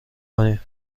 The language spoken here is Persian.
کنیم